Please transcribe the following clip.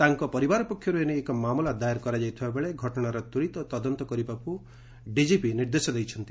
ତାଙ୍କ ପରିବାର ପକ୍ଷର୍ ଏନେଇ ଏକ ମାମଲା ଦାଏର୍ କରାଯାଇଥିବାବେଳେ ଘଟଣାର ତ୍ୱରିତ ତଦନ୍ତ କରିବାକୁ ଡିକିପି ନିର୍ଦ୍ଦେଶ ଦେଇଛନ୍ତି